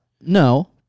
No